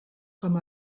com